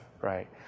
right